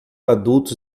adultos